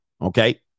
Okay